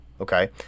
okay